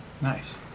Nice